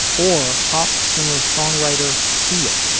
or pop singer songwriter sia,